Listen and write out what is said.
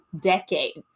decades